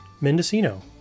Mendocino